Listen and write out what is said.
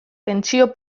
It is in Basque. pentsio